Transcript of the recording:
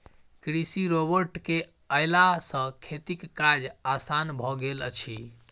कृषि रोबोट के अयला सॅ खेतीक काज आसान भ गेल अछि